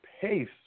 pace